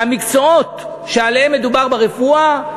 והמקצועות שעליהם מדובר ברפואה,